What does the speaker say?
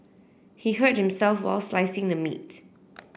he hurt himself while slicing the meat